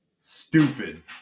stupid